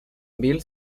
bill